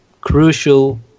crucial